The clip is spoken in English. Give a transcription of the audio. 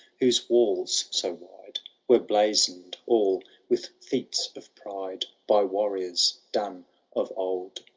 whose walls so wide were blazon'd all with feats of pride. by warriors done of old.